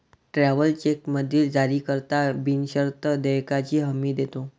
travellers चेकमधील जारीकर्ता बिनशर्त देयकाची हमी देतो